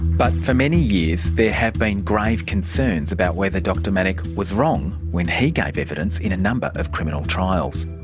but for many years there have been grave concerns about whether dr manock was wrong when he gave evidence in a number of criminal trials.